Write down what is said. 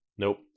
Nope